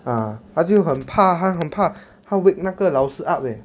ah 他就很怕他很怕他 wake 那个老师 up leh